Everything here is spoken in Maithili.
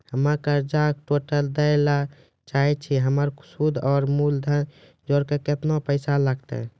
हम्मे कर्जा टोटल दे ला चाहे छी हमर सुद और मूलधन जोर के केतना पैसा लागत?